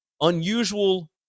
unusual